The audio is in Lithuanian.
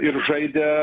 ir žaidė